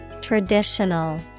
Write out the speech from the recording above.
Traditional